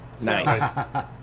Nice